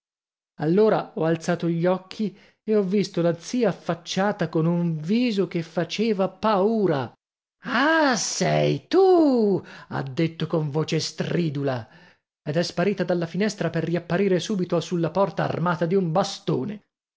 allora ho alzato gli occhi e ho visto la zia affacciata con un viso che faceva paura ah sei tu ha detto con voce stridula ed è sparita dalla finestra per riapparire subito sulla porta armata di un bastone